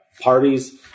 parties